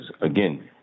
again